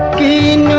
gain